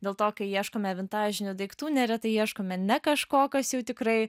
dėl to kai ieškome vintažinių daiktų neretai ieškome ne kažko kas jau tikrai